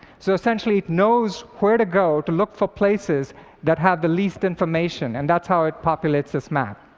so essentially it knows where to go to look for places that have the least information, and that's how it populates this map.